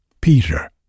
Peter